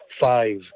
five